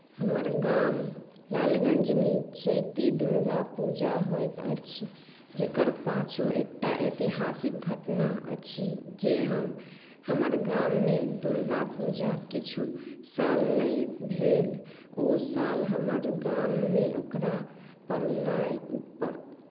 हमर गाम लालगञ्जमे चैती दुर्गापूजा होइत अछि जकर पाछू एकटा ऐतिहासिक घटना अछि जे हम हमर गाममे दुर्गापूजा किछु साल नहि भेल ओ साल हमर गाममे ओकरा पड़नाइ पड़